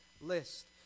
list